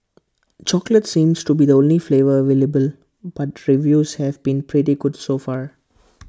chocolate seems to be the only flavour available but reviews have been pretty good so far